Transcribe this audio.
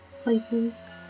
places